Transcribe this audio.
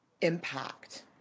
impact